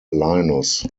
linus